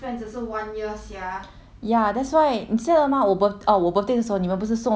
ya that's why 你记得吗我 birth~ orh 我 birthday 的时候你们不是送了我一只 lipstick mah right